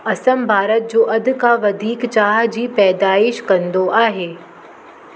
असम भारत जो अध खां वधीक चांहि जी पैदाइशु कंदो आहे